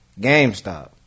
GameStop